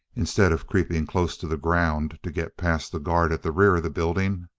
instead of creeping close to the ground to get past the guard at the rear of the building,